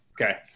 Okay